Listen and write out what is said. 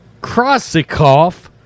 Krasikov